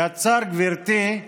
יצר, גברתי,